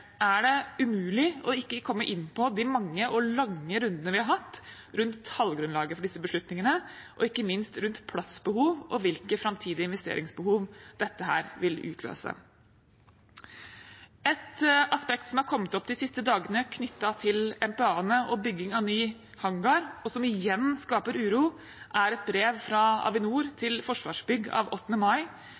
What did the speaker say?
er det umulig å ikke komme inn på de mange og lange rundene vi har hatt rundt tallgrunnlaget for disse beslutningene, og ikke minst rundt plassbehov og hvilke framtidige investeringsbehov det vil utløse. Et aspekt som er kommet opp de siste dagene knyttet til MPA-ene og bygging av ny hangar, og som igjen skaper uro, er et brev fra Avinor til Forsvarsbygg av 8. mai,